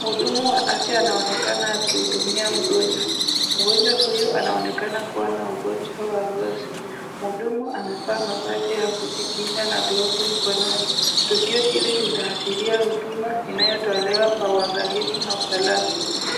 Mhudumu wa afya anaonekana akimhudumia mgonjwa, mgonjwa huyu anaonekana kuwa na ugonjwa wa ngozi, mhudumu amevaa mavazi ya kujikinga na glovu mkononi. Tukio hili linaashiria huduma , inayotolewa kwa uangalifu na usalama.